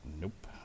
Nope